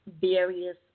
various